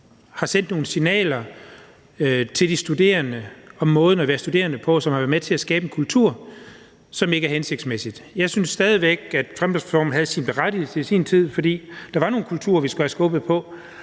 har sendt nogle signaler til de studerende om måden at være studerende på, som har været med til at skabe en kultur, som ikke er hensigtsmæssig. Jeg synes stadig væk, at fremdriftsreformen havde sin berettigelse i sin tid, fordi der var nogle kulturer, som vi skulle have skubbet på.